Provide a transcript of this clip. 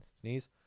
Sneeze